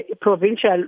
provincial